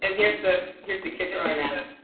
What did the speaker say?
and here's the here's the kicker on that. um